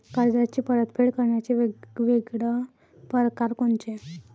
कर्जाची परतफेड करण्याचे वेगवेगळ परकार कोनचे?